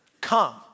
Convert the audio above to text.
come